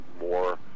more